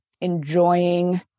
enjoying